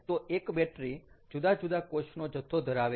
તો એક બેટરી જુદા જુદા કોષનો જથ્થો ધરાવે છે